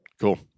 Cool